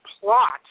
plot